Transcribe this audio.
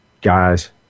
Guys